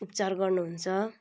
विचार गर्नु हुन्छ